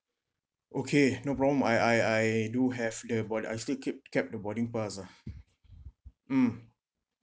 okay no problem I I I do have that but I still keep kept the boarding pass ah mm